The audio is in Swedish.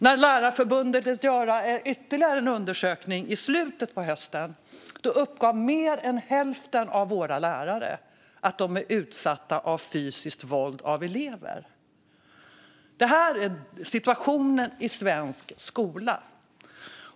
När Lärarförbundet lät göra ytterligare en undersökning i slutet av hösten uppgav mer än hälften av våra lärare att de blir utsatta för fysiskt våld av elever. Detta är situationen i svensk skola.